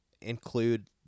include